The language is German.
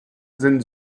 sind